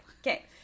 Okay